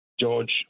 George